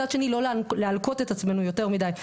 מצד שני לא להלקות את עצמנו יותר מדיי,